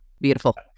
beautiful